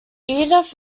edith